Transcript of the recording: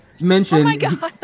mentioned